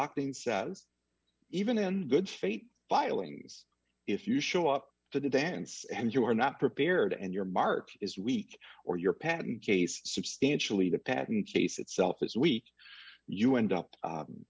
acting says even in good faith filings if you show up for the dance and you are not prepared and your mark is weak or your patent case substantially the patent case itself is weak you end up